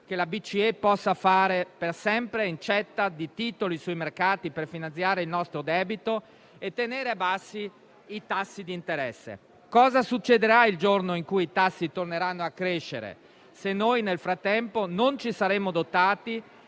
che la BCE possa fare per sempre incetta di titoli sui mercati per finanziare il nostro debito e tenere bassi i tassi di interesse. Cosa succederà il giorno in cui i tassi torneranno a crescere, se noi nel frattempo non ci saremo dotati